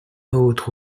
autre